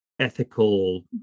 ethical